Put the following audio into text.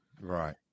Right